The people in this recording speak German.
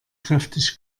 kräftig